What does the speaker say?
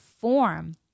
form